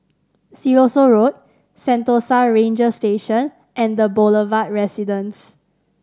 Siloso Road Sentosa Ranger Station and The Boulevard Residence